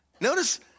Notice